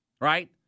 right